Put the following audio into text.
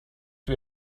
wie